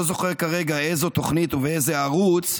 לא זוכר כרגע איזו תוכנית ובאיזה ערוץ,